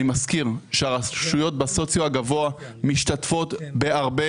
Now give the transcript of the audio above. אני מזכיר שהרשויות בסוציו הגבוה משתתפות בהרבה